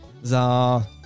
za